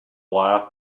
laugh